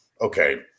okay